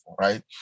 right